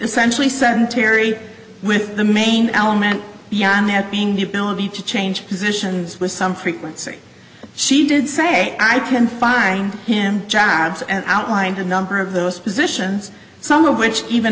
essentially sent terry with the main element beyond that being the ability to change positions with some frequency she did say i can find him jakob's and outlined a number of those positions some of which even